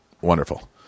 Wonderful